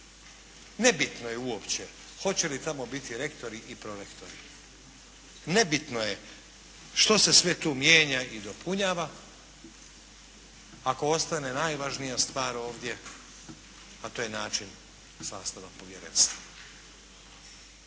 Nebitno je uopće hoće li tamo biti rektori i prorektori. Nebitno je što se sve tu mijenja i dopunjava, ako ostane najvažnija stvar ovdje, a to je način sastava povjerenstva.